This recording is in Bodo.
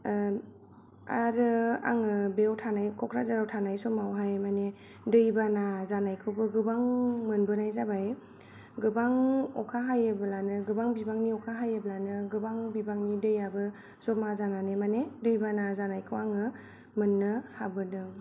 आरो आङो बेयाव थानाय क'क्राझाराव थानाय समावहाय मानि दैबाना जानायखौबो गोबां मोनबोनाय जाबाय गोबां अखा हायोबोलानो गोबां बिबांनि अखा हायोब्लानो गोबां बिबांनि दैआबो जमा जानानै माने दै बाना जानायखौ आङो मोननो हाबोदों